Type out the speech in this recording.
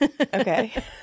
Okay